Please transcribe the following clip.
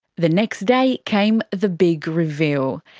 the next day came the big reveal.